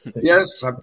Yes